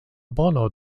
bono